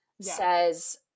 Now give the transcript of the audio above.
says